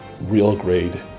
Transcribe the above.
real-grade